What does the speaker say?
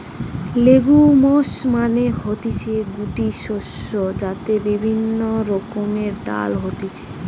legumes মানে হতিছে গুটি শস্য যাতে বিভিন্ন রকমের ডাল হতিছে